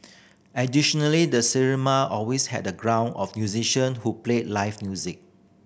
additionally the cinema always had a group of musician who played live music